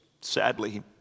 sadly